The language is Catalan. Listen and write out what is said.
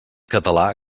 català